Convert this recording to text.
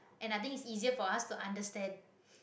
and i think is easier for us to understand